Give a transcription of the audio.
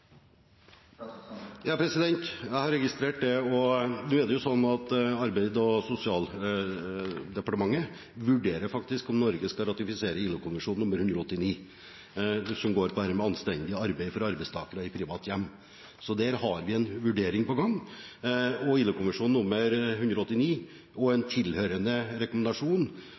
Jeg har registrert det. Nå er det sånn at Arbeids- og sosialdepartementet faktisk vurderer om Norge skal ratifisere ILO-konvensjon nr. 189, som handler om dette med anstendig arbeid for arbeidstakere i private hjem, så der har vi en vurdering på gang. ILO-konvensjon nr. 189 og en tilhørende